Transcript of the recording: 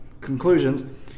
conclusions